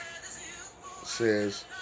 says